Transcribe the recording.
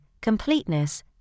completeness